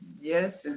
yes